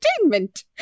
entertainment